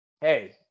Hey